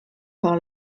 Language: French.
par